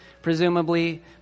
presumably